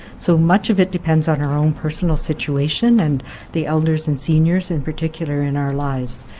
so much of it depends on our own personal situation and the elders and seniors in particular in our lives.